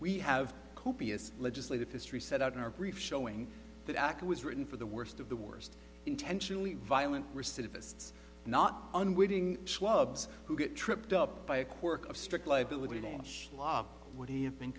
we have copious legislative history set out in our brief showing that act was written for the worst of the worst intentionally violent recidivists not unwitting schlubs who get tripped up by a quirk of strict liability law would he have been